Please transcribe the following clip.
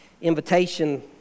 invitation